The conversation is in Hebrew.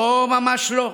לא, ממש לא,